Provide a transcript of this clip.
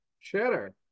cheddar